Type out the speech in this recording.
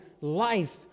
life